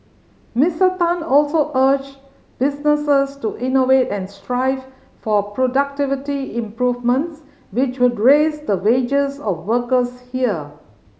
Mister Tan also urged businesses to innovate and strive for productivity improvements which would raise the wages of workers here